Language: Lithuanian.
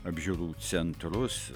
apžiūrų centrus